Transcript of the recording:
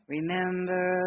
Remember